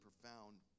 profound